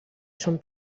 són